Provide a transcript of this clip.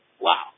Wow